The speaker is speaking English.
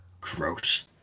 Gross